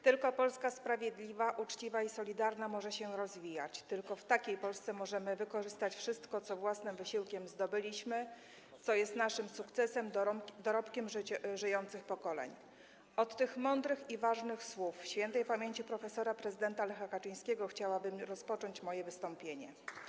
Tylko Polska sprawiedliwa, uczciwa i solidarna może się rozwijać, tylko w takiej Polsce możemy wykorzystać wszystko, co własnym wysiłkiem zdobyliśmy, co jest naszym sukcesem, dorobkiem żyjących pokoleń - od tych mądrych i ważnych słów śp. prof. prezydenta Lecha Kaczyńskiego chciałabym rozpocząć moje wystąpienie.